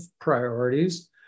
priorities